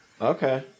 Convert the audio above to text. Okay